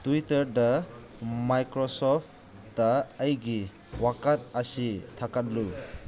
ꯇ꯭ꯋꯤꯇꯔꯗ ꯃꯥꯏꯀ꯭ꯔꯣꯁꯣꯞꯇ ꯑꯩꯒꯤ ꯋꯥꯀꯠ ꯑꯁꯤ ꯊꯥꯒꯠꯂꯨ